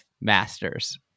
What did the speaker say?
Masters